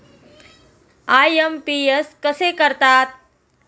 IMPS कसे करतात?